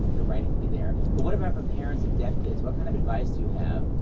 the writing can be there. but, what about for parents of deaf kids? what kind of advice do you have?